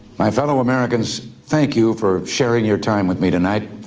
my fellow americans, thank you for sharing your time with me tonight.